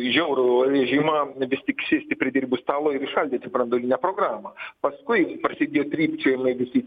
žiaurų režimą vis tik sėsti prie derybų stalo ir įšaldyti branduolinę programą paskui prasidėjo trypčiojimai visi